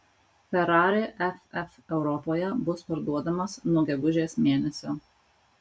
ferrari ff europoje bus parduodamas nuo gegužės mėnesio